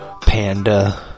Panda